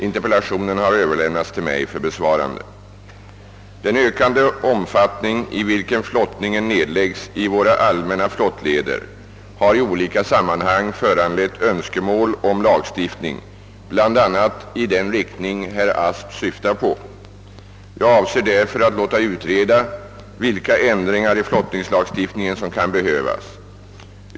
Interpellationen har överlämnats till mig för besvarande. Den ökande omfattning, i vilken flottningen nedläggs i våra allmänna flottleder, har i olika sammanhang föranlett önskemål om lagstiftning bl.a. i den riktning herr Asp syftar på. Jag avser därför att låta utreda vilka ändringar i flottningslagstiftningen som kan behövas.